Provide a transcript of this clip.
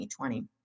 2020